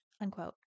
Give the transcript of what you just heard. Unquote